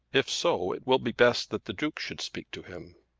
if so, it will be best that the duke should speak to him.